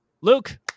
Luke